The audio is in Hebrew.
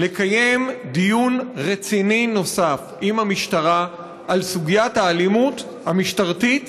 היא לקיים דיון רציני נוסף עם המשטרה על סוגיית האלימות המשטרתית,